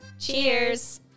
Cheers